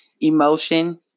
emotion